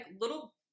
little